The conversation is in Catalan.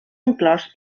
inclòs